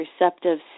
receptive